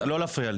לא להפריע לי.